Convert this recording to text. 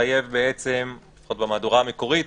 לפחות במהדורה המקורית,